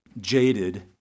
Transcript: jaded